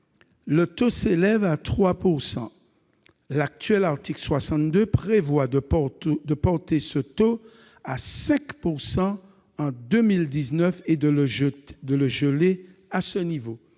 le taux s'élève à 3 %. L'actuel article 62 prévoit de porter ce taux à 5 % en 2019 et de le geler à ce niveau.